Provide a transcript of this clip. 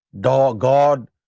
God